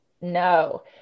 No